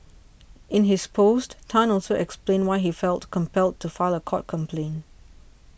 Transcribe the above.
in his post Tan also explained why he felt compelled to file a court application